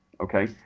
okay